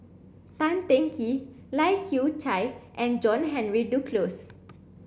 Tan Teng Kee Lai Kew Chai and John Henry Duclos